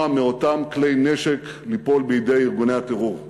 מאותם כלי נשק ליפול בידי ארגוני הטרור.